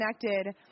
connected